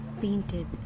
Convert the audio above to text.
painted